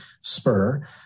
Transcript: SPUR